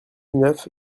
neuf